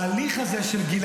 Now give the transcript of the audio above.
ההליך הזה של גיל,